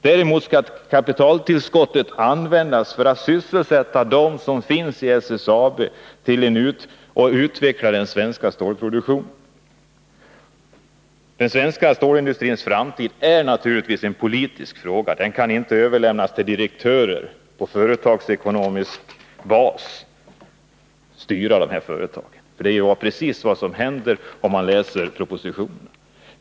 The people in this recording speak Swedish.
Däremot skall ett kapitaltillskott användas för att sysselsätta dem som finns i SSAB och utveckla den svenska stålproduktionen. Den svenska stålindustrins framtid är naturligtvis en politisk fråga. Den kan inte överlämnas till direktörer, som på företagsekonomisk bas styr dessa företag. Det är ju precis vad som händer, vilket framgår när man läser propositionen.